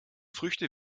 früchte